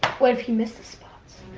what if he missed a spot?